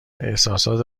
احسسات